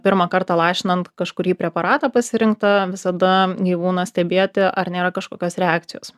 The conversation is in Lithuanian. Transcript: pirmą kartą lašinant kažkurį preparatą pasirinktą visada gyvūną stebėti ar nėra kažkokios reakcijos